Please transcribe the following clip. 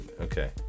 Okay